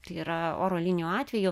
tai yra oro linijų atveju